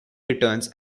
returns